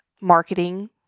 marketing